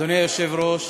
אדוני היושב-ראש,